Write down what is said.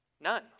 None